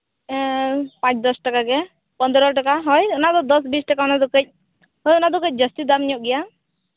ᱯᱟᱸᱪ ᱫᱚᱥ ᱴᱟᱠᱟ ᱜᱮ ᱯᱚᱸᱫᱽᱨᱚ ᱴᱟᱠᱟ ᱦᱳᱭ ᱚᱱᱟ ᱫᱚ ᱫᱚᱥ ᱵᱤᱥ ᱴᱟᱠᱟ ᱠᱟᱹᱡ ᱦᱮᱸ ᱚᱱᱟ ᱫᱚ ᱠᱟᱹᱡ ᱡᱟᱹᱥᱛᱤ ᱫᱟᱢ ᱧᱚᱜ ᱜᱮᱭᱟ